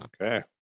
Okay